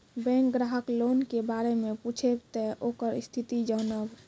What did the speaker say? Bank ग्राहक loan के बारे मैं पुछेब ते ओकर स्थिति जॉनब?